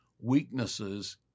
weaknesses